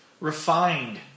Refined